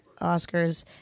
Oscars